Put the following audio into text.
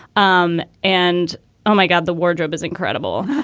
um and oh my god, the wardrobe is incredible.